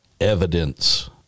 evidence